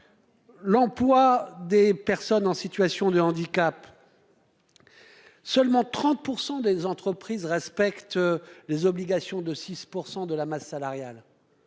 L'emploi des personnes en situation de handicap. Seulement 30% des entreprises respectent les obligations de 6% de la masse salariale.